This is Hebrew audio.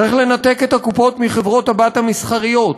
צריך לנתק את הקופות מהחברות הבנות המסחריות,